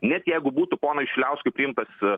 net jeigu būtų ponui šiliauskui priimtas